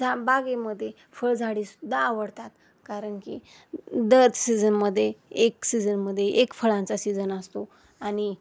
झा बागेमध्ये फळझाडेसुद्धा आवडतात कारण की दर सीझनमध्ये एक सीझनमध्ये एक फळांचा सीजन असतो आणि